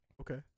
Okay